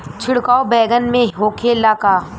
छिड़काव बैगन में होखे ला का?